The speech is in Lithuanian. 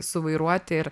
suvairuoti ir